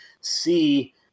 see